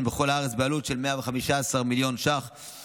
בכל הארץ בעלות של 115 מיליון שקלים,